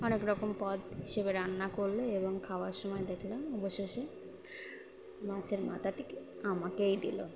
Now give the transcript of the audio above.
অনেক রকম পদ হিসেবে রান্না করলো এবং খাওয়ার সময় দেখলাম অবশেষে মাছের মাথাটিকে আমাকেই দিলো